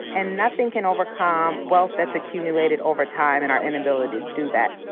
and nothing can overcome wealth that's accumulated over time and our inability to do that,